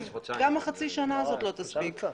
גם החצי שנה הזאת לא תספיק.